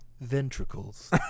Ventricles